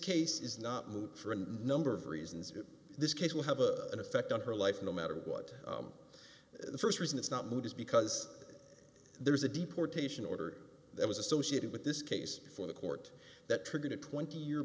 case is not moved for a number of reasons if this case will have a in effect on her life no matter what the first reason it's not mood is because there is a deportation order that was associated with this case before the court that triggered a twenty year